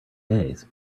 days